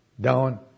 down